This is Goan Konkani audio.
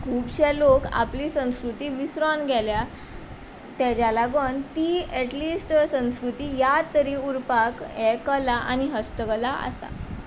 खुबशे लोक आपली संस्कृती विसरोन गेल्या तेज्या लागोन ती एटलिस्ट संस्कृती याद तरी उरपाक हें कला आनी हस्तकला आसा